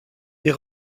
est